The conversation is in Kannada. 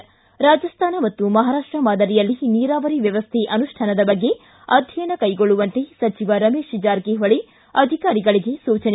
ಿ ರಾಜಸ್ತಾನ ಮತ್ತು ಮಹಾರಾಷ್ಷ ಮಾದರಿಯಲ್ಲಿ ನೀರಾವರಿ ವ್ಯವಸ್ಥೆ ಅನುಷ್ಠಾನದ ಬಗ್ಗೆ ಅಧ್ಯಯನ ಕೈಗೊಳ್ಳುವಂತೆ ಸಚಿವ ರಮೇಶ್ ಜಾರಕಿಹೊಳಿ ಅಧಿಕಾರಿಗಳಿಗೆ ಸೂಚನೆ